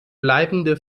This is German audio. bleibende